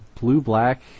blue-black